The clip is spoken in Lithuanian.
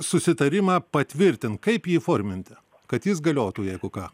susitarimą patvirtint kaip jį įforminti kad jis galiotų jeigu ką